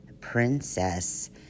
princess